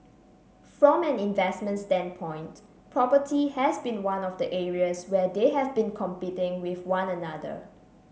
from an investment standpoint property has been one of the areas where they have been competing with one another